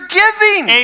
giving